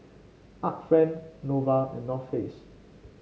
Art Friend Nova and North Face